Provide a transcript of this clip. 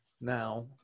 now